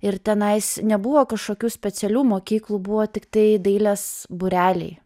ir tenais nebuvo kažkokių specialių mokyklų buvo tiktai dailės būreliai